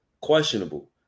Questionable